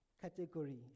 category